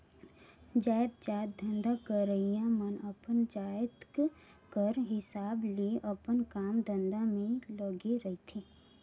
जाएतजात धंधा करइया मन अपन जाएत कर हिसाब ले अपन काम धंधा में लगे रहथें